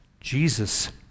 Jesus